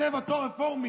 כותב אותו רפורמי: